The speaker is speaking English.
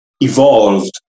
evolved